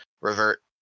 revert